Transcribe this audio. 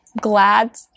glad